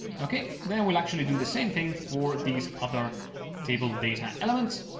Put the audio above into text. okay. then we'll actually do the same thing for these other table data elements,